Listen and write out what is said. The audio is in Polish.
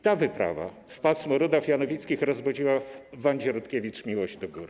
Ta wyprawa w pasmo Rudaw Janowickich rozbudziła w Wandzie Rutkiewicz miłość do gór.